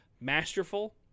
masterful